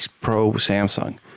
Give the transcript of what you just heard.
pro-Samsung